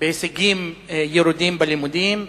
בהישגים ירודים בלימודים,